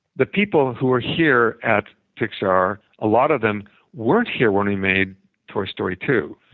the people who are here at pixar, a lot of them weren't here when we made toy story two.